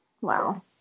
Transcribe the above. wow